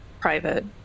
private